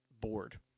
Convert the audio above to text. bored